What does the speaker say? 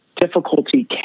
difficulty